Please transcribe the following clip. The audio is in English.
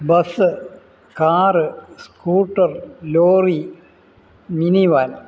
bus car scooter lorry mini van